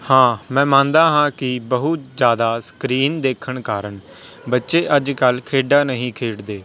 ਹਾਂ ਮੈਂ ਮੰਨਦਾ ਹਾਂ ਕਿ ਬਹੁਤ ਜ਼ਿਆਦਾ ਸਕਰੀਨ ਦੇਖਣ ਕਾਰਨ ਬੱਚੇ ਅੱਜਕੱਲ੍ਹ ਖੇਡਾਂ ਨਹੀਂ ਖੇਡਦੇ